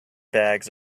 bags